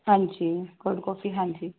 ਹਾਂਜੀ cold coffee ਹਾਂਜੀ